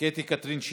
קטי קטרין שטרית,